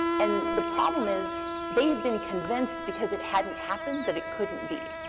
and the problem is they had been convinced, because it hadn't happened, that it couldn't be.